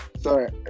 sorry